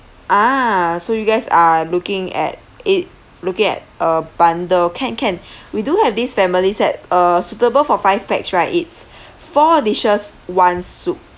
ah so you guys are looking at it looking at a bundle can can we do have these family set uh suitable for five pax right it's four dishes one soup